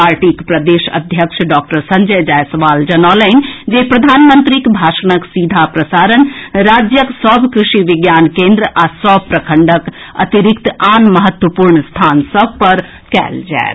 पार्टीक प्रदेश अध्यक्ष डॉक्टर संजय जायसवाल जनौलनि जे प्रधानमंत्रीक भाषणक सीधा प्रसारण राज्यक सभ कृषि विज्ञान केन्द्र आ सभ प्रखंडक अतिरिक्त आन महत्वपूर्ण स्थान सभ पर कएल जाएत